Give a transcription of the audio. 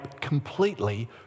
completely